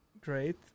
great